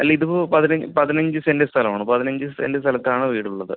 അല്ല ഇതിപ്പോൾ പതിനഞ്ച് സെന്റ് സ്ഥലമാണ് പതിനഞ്ച് സെന്റ് സ്ഥലത്താണ് വീടുള്ളത്